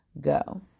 go